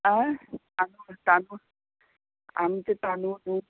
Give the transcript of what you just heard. आं तांदूळ तांदूळ आमचें तांदूळ न्हू